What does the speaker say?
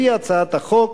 לפי הצעת החוק,